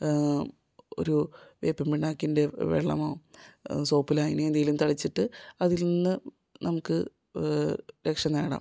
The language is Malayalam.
ഒരു വേപ്പിൻ പിണ്ണാക്കിൻ്റെ വെള്ളമോ സോപ്പ് ലായനി എന്തെങ്കിലും തളിച്ചിട്ട് അതിൽ നിന്ന് നമുക്ക് രക്ഷ നേടാം